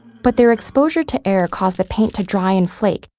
but their exposure to air caused the paint to dry and flake,